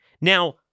Now